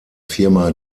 firma